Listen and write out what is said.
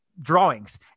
drawings